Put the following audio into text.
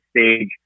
stage